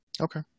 Okay